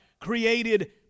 created